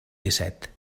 dèsset